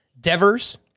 Devers